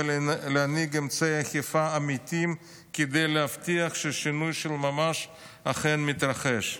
ולהנהיג אמצעי אכיפה אמיתיים כדי להבטיח ששינוי של ממש אכן מתרחש.